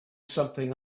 something